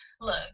Look